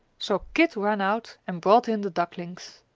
so kit ran out and brought in the ducklings.